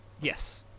yes